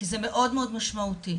כי זה מאוד משמעותי: